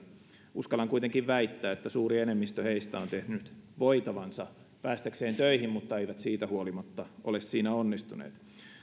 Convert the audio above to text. uskallan kuitenkin väittää että suuri enemmistö heistä on tehnyt voitavansa päästäkseen töihin mutta eivät siitä huolimatta ole siinä onnistuneet